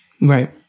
Right